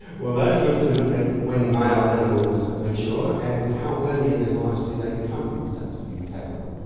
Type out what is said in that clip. well those were to look at when male animals mature and how early in their lives do they become reproductively capable.